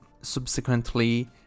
subsequently